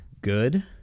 good